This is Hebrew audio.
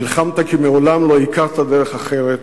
נלחמת כי מעולם לא הכרת דרך אחרת,